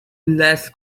less